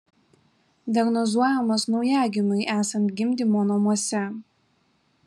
diagnozuojamas naujagimiui esant gimdymo namuose